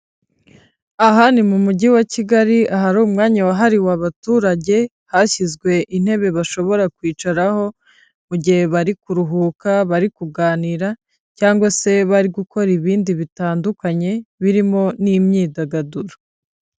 Aha ni mu mujyi wa Kigali, ahari umwanya wahariwe abaturage, hashyizwe intebe bashobora kwicaraho mu gihe bari kuruhuka, bari kuganira cyangwa se bari gukora ibindi bitandukanye birimo n'imyidagaduro.